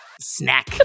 Snack